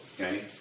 Okay